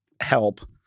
help